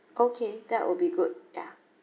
okay that would be good yeah